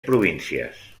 províncies